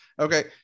Okay